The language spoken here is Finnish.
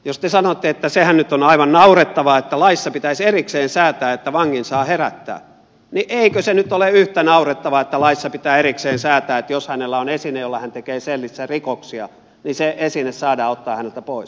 jos te sanotte että sehän nyt on aivan naurettavaa että laissa pitäisi erikseen säätää että vangin saa herättää niin eikö se nyt ole yhtä naurettavaa että laissa pitää erikseen säätää että jos hänellä on esine jolla hän tekee selissä rikoksia niin se esine saadaan ottaa häneltä pois